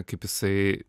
kaip jisai